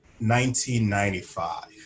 1995